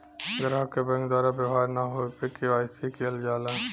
ग्राहक क बैंक द्वारा व्यवहार न होये पे के.वाई.सी किहल जाला